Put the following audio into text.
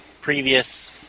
previous